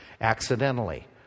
accidentally